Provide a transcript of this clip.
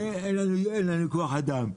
הם אומרים: אין לנו כוח אדם.